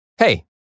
Hey